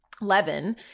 Levin